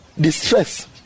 Distress